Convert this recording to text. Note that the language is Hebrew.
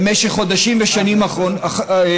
במשך חודשים ושנים רבים.